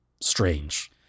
strange